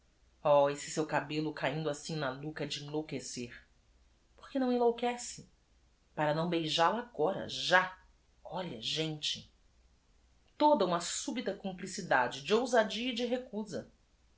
h esse seu cabello caindo assim na nuca é de enlouquecer orque não enlouquece ara não beijal a agora já lha gente oda uma súbita cumplicidade de ousadia e de recusa